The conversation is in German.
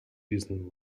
diesen